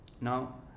Now